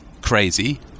crazy